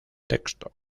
texto